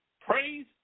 Praise